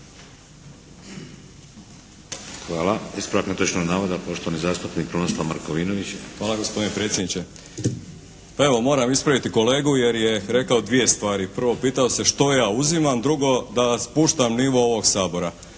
Hvala. Ispravak netočnog navoda poštovani zastupnik Krunoslav Markovinović. **Markovinović, Krunoslav (HDZ)** Hvala gospodine predsjedniče. Pa evo, moram ispraviti kolegu jer je rekao dvije stvari. Prvo, pitao se što ja uzimam. Drugo, da spuštam nivo ovog Sabora.